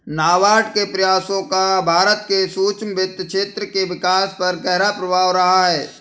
नाबार्ड के प्रयासों का भारत के सूक्ष्म वित्त क्षेत्र के विकास पर गहरा प्रभाव रहा है